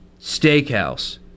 steakhouse